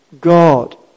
God